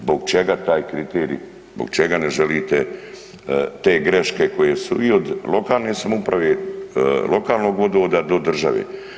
Zbog čega taj kriterij, zbog čega ne želite te greške koje su i od lokalne samouprave, lokalnog vodovoda do države.